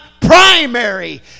primary